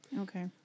Okay